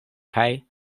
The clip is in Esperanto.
kaj